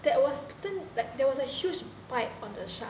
that was then like there was a huge bite on the shark